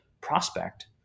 prospect